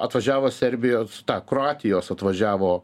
atvažiavo serbijos ta kroatijos atvažiavo